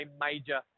major